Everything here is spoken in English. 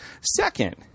Second